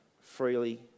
freely